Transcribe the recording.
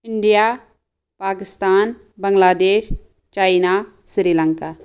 India Pakistan Bangladesh China Sri Lanka